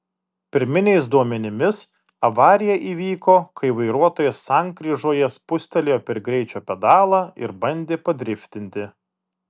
pirminiais duomenimis avarija įvyko kai vairuotojas sankryžoje spustelėjo per greičio pedalą ir bandė padriftinti